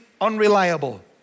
unreliable